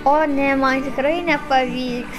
o ne man tikrai nepavyks